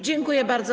Dziękuję bardzo.